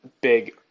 big